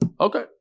Okay